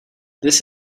this